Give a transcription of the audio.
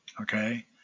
Okay